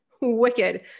Wicked